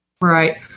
Right